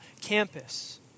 campus